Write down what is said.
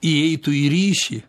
įeitų į ryšį